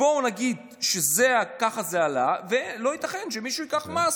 בואו נגיד שכך זה עלה, ולא ייתכן שמישהו ייקח מס,